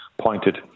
pointed